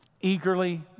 Eagerly